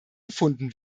gefunden